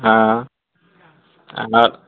हँ आ